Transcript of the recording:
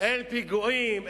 אין פיגועים,